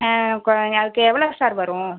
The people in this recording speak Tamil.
ஆ அதுக்கு எவ்வளோவு சார் வரும்